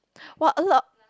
!wah! a lot